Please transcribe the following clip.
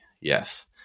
Yes